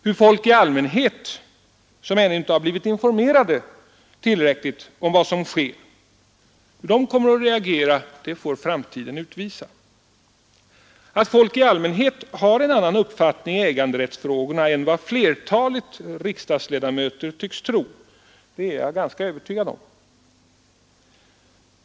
Hur folk i allmänhet, som ännu inte har blivit informerade tillräckligt om vad som sker, kommer att reagera får framtiden utvisa. Att folk i allmänhet har en annan uppfattning om äganderättsfrågorna än vad flertalet riksdagsledamöter tycks tro, är jag ganska övertygad om.